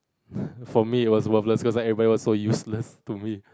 for me it was worthless cause like everyone was so useless to me